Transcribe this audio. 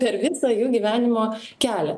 per visą jų gyvenimo kelią